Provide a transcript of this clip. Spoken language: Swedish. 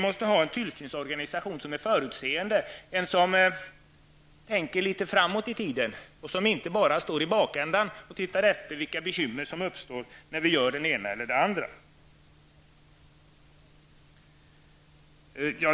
Den tillsynsorganisationen måste vara förutseende och tänka litet framåt i tiden -- inte bara stå i ''bakändan'' och se efter vilka bekymmer som uppstår när vi gör det ena eller det andra.